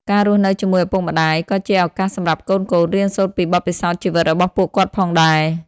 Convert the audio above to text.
ការរស់នៅជាមួយឪពុកម្តាយ ក៏ជាឱកាសសម្រាប់កូនៗ រៀនសូត្រពីបទពិសោធន៍ជីវិតរបស់ពួកគាត់ផងដែរ។